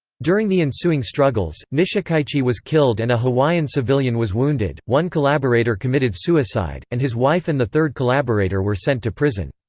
during the ensuing struggles, nishikaichi was killed and a hawaiian civilian was wounded one collaborator committed suicide, and his wife and the third collaborator were sent to prison.